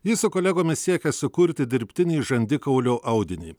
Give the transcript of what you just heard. ji su kolegomis siekia sukurti dirbtinį žandikaulio audinį